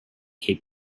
cape